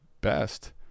best